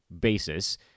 basis